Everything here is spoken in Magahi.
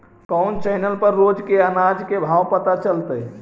कोन चैनल पर रोज के अनाज के भाव पता चलतै?